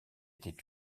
étaient